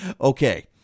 Okay